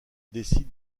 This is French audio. décide